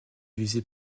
visée